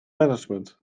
management